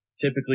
typically